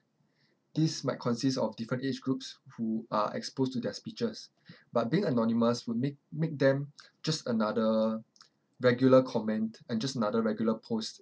this might consist of different age groups who are exposed to their speeches but being anonymous would make make them just another regular comment and just another regular post